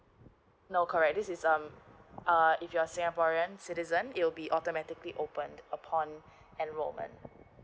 no correct this is um uh if you're singaporean citizen it will be automatically opened upon enrollment